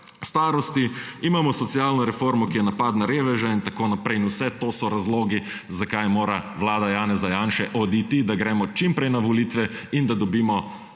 starosti. Imamo socialno reformo, ki je napad na reveže in tako naprej. In vse to so razlogi zakaj mora vlad Janeza Janše oditi, da gremo čim prej na volitve in da dobimo